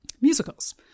musicals